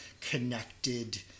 connected